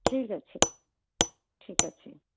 ଠିକ୍ ଅଛି ଠିକ୍ ଅଛି